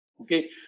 okay